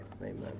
amen